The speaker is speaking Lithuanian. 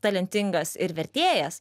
talentingas ir vertėjas